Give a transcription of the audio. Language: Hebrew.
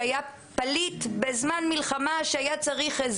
כרגע בזמן מלחמה יש להימנע